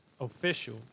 Official